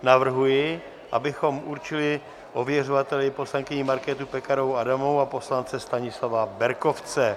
Navrhuji, abychom určili ověřovateli poslankyni Markétu Pekarovou Adamovou a poslance Stanislava Berkovce.